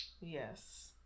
Yes